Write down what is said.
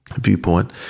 viewpoint